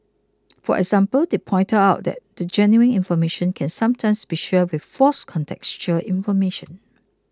for example they pointed out that genuine information can sometimes be shared with false contextual information